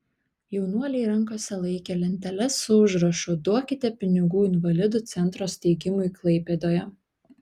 jaunuoliai rankose laikė lenteles su užrašu duokite pinigų invalidų centro steigimui klaipėdoje